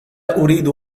أريد